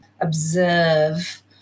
observe